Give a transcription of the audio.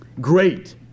Great